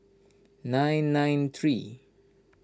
nine nine three